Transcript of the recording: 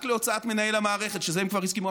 רק להוצאת מנהל המערכת, שלזה הם כבר הסכימו.